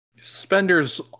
Suspenders